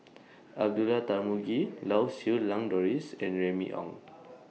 Abdullah Tarmugi Lau Siew Lang Doris and Remy Ong